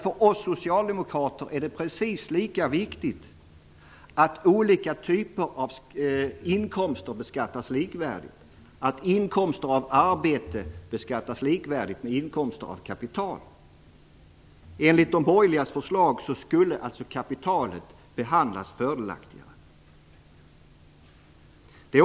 För oss socialdemokrater är det precis lika viktigt att olika typer av inkomster beskattas likvärdigt, att inkomster av arbete och inkomster av kapital beskattas lika mycket. Enligt de borgerligas förslag skulle inkomster av kapital behandlas fördelaktigare.